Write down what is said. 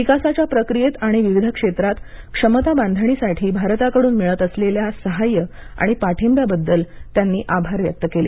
विकासाच्या प्रक्रियेत आणि विविध क्षेत्रात क्षमता बांधणीसाठी भारताकडून मिळत असलेल्या सहाय्य आणि पाठिंब्या बद्दल त्यांनी आभार व्यक्त केले